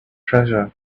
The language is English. treasure